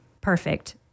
perfect